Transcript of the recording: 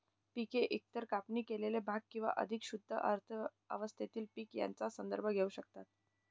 पिके एकतर कापणी केलेले भाग किंवा अधिक शुद्ध अवस्थेतील पीक यांचा संदर्भ घेऊ शकतात